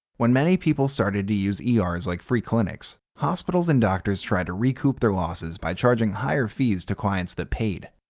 when many people started to use ers like free clinics, hospitals and doctors tried to recoup their losses by charging higher fees to the clients that paid.